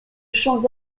champs